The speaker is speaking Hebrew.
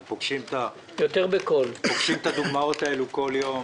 אנחנו פוגשים את הדוגמאות האלה כל יום,